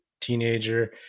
teenager